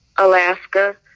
Alaska